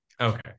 Okay